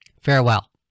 Farewell